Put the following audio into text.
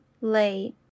late